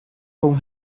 không